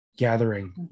Gathering